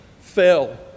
fell